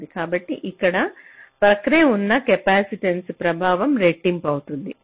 కాబట్టి ఇక్కడ ప్రక్కనే ఉన్న కెపాసిటెన్స ప్రభావం రెట్టింపు అవుతుంది